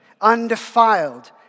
undefiled